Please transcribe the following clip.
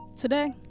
today